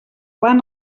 van